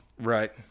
Right